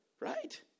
Right